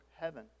heaven